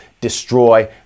destroy